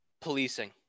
policing